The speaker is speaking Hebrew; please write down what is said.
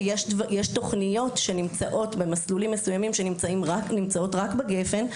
יש תוכניות במסלולים מסוימים שנמצאות רק בגפ"ן,